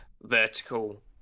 vertical